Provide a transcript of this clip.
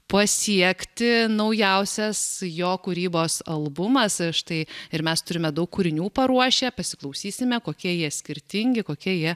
pasiekti naujausias jo kūrybos albumas štai ir mes turime daug kūrinių paruošę pasiklausysime kokie jie skirtingi kokie jie